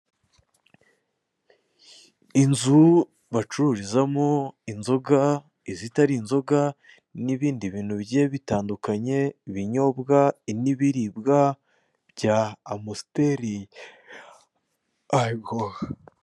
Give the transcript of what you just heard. Inzu bacururizamo inzoga, izitari inzoga n'ibindi bintu bigiye bitandukanye, ibinyobwa n'ibiribwa bya amusiteri.